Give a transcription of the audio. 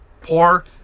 poor